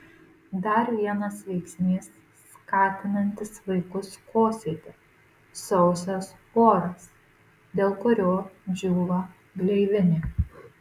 dar vienas veiksnys skatinantis vaikus kosėti sausas oras dėl kurio džiūva gleivinė